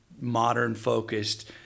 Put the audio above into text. modern-focused